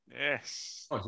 Yes